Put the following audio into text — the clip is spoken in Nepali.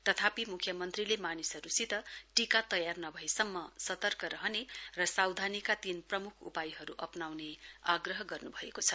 तथापि मुख्यमन्त्रीले मानिसहरूसित टीका तयार नभएसम्म सतर्क रहने र सावधानीका तीन प्रमुख उपायहरू अप्नाउने आग्रह गर्नुभएको छ